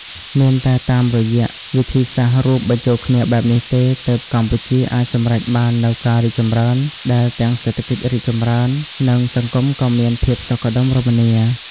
មានតែតាមរយៈវិធីសាស្រ្តរួមបញ្ចូលគ្នាបែបនេះទេ ទើបកម្ពុជាអាចសម្រេចបាននូវការរីកចម្រើនដែលទាំងសេដ្ឋកិច្ចរីកចម្រើន និងសង្គមក៏មានភាពសុខដុមរមនា។